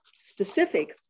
specific